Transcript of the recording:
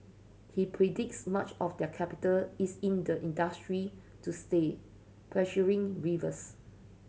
he predicts much of their capital is in the industry to stay pressuring rivals